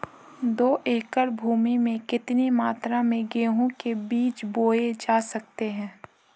दो एकड़ भूमि में कितनी मात्रा में गेहूँ के बीज बोये जा सकते हैं?